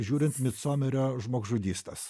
žiūrint midsomerio žmogžudystes